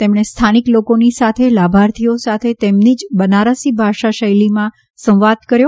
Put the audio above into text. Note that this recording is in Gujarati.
તેમણે સ્થાનિક લોકોની સાથે લાભાર્થીઓ સાથે તેમની જ બનારસી ભાષાશૈલીમાં સંવાદ કર્યો